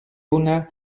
una